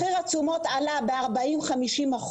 מחיר התשומות עלה ב-40%, 50%,